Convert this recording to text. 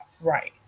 right